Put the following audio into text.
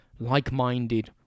like-minded